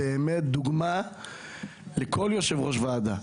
באמת דוגמה לכל יושב-ראש ועדה.